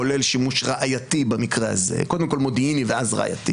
כולל שימוש ראייתי במקרה הזה קודם כול מודיעיני ואז ראייתי